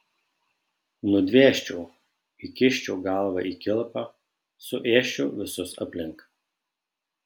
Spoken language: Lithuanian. nudvėsčiau įkiščiau galvą į kilpą suėsčiau visus aplink